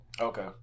Okay